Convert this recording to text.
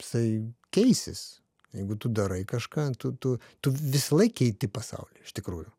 jisai keisis jeigu tu darai kažką tu tu tu visąlaik keiti pasaulį iš tikrųjų